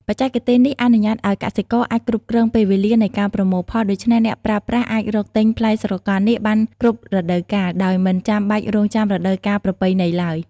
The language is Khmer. បច្ចេកទេសនេះអនុញ្ញាតឱ្យកសិករអាចគ្រប់គ្រងពេលវេលានៃការប្រមូលផល ដូច្នេះអ្នកប្រើប្រាស់អាចរកទិញផ្លែស្រកានាគបានគ្រប់រដូវកាល ដោយមិនចាំបាច់រង់ចាំរដូវកាលប្រពៃណីឡើយ។